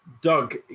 doug